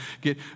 get